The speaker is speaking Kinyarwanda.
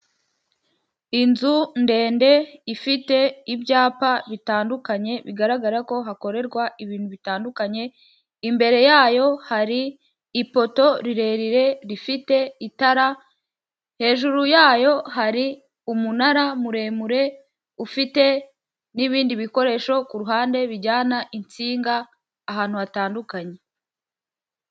Inzu ndende ifite ibyapa bitandukanye, bigaragara ko hakorerwa ibintu bitandukanye, imbere yayo hari ipoto rirerire rifite itara, hejuru yayo hari umunara muremure, ufite n'ibindi bikoresho ku ruhande bijyana insinga ahantu hatandukanye.